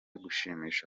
gushimisha